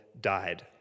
died